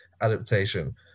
adaptation